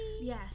Yes